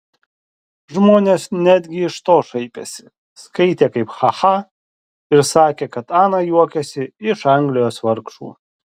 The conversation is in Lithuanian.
žmonės netgi iš to šaipėsi skaitė kaip ha ha ir sakė kad ana juokiasi iš anglijos vargšų